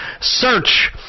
search